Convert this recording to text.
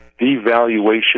devaluation